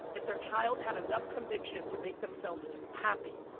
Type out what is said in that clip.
if their child had enough conviction to make themselves happy.